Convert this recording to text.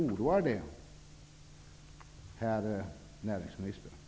Oroar det herr näringsministern?